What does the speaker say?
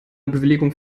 bewilligung